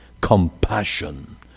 Compassion